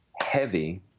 heavy